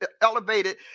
elevated